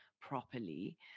properly